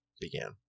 began